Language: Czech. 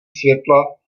světla